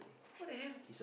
what the hell